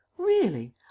Really